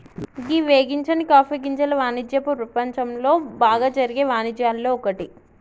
గీ వేగించని కాఫీ గింజల వానిజ్యపు ప్రపంచంలో బాగా జరిగే వానిజ్యాల్లో ఒక్కటి